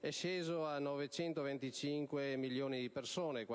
è sceso a 925 milioni di persone,